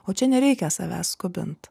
o čia nereikia savęs skubint